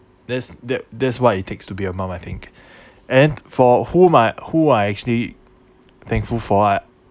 that's that that's what it takes to be a mom I think and then for whom I who I actually thankful for I